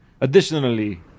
Additionally